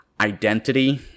identity